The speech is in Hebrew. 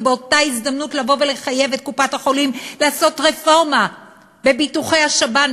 ובאותה הזדמנות לבוא ולחייב את קופת-החולים לעשות רפורמה בביטוחי השב"ן,